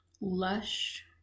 lush